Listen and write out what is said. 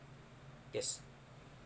yes